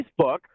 Facebook